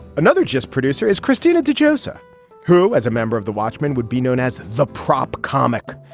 another just producer is cristina de rosa who as a member of the watchmen would be known as the prop comic.